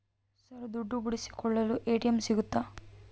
Sir ದುಡ್ಡು ಬಿಡಿಸಿಕೊಳ್ಳಲು ATM ಸಿಗುತ್ತಾ?